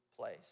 place